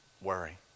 Worry